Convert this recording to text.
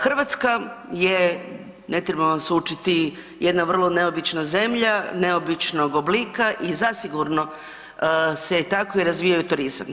Hrvatska je, ne trebam vas učiti, jedna vrlo neobična zemlja, neobičnog oblika i zasigurno se je tako i razvijao turizam.